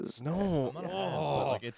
No